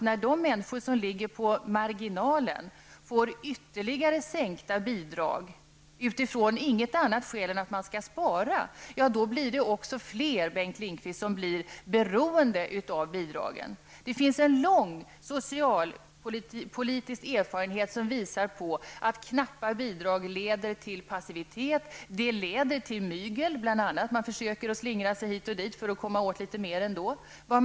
När de människor som nu ligger på marginalen får en ytterligare sänkning av sina bidrag endast utifrån det skälet att man skall spara, leder det också, Bengt Lindqvist, till att fler människor blir beroende av bidragen. Det finns en lång socialpolitisk erfarenhet som visar på att knappa bidrag leder till passivitet och till mygel, till att man försöker slingra sig hit och dit för att komma åt ännu litet mer.